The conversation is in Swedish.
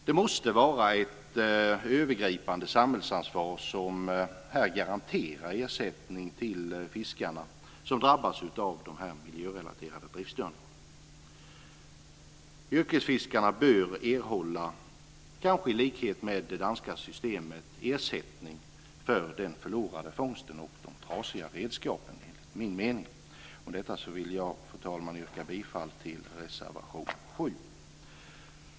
Det måste vara ett övergripande samhällsansvar som här garanterar ersättning till fiskarna, som drabbas av dessa miljörelaterade driftstörningar. Yrkesfiskare bör enligt min mening erhålla, kanske i likhet med det danska systemet, ersättning för den förlorade fångsten och de trasiga redskapen. Med detta vill jag, fru talman, yrka bifall till reservation 7.